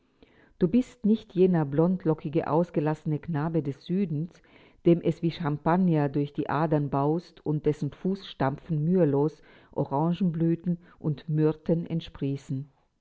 du bist nicht jener blondlockige ausgelassene knabe des südens dem es wie champagner durch die adern braust und dessen fußstapfen mühelos orangeblüten und myrten entsprießen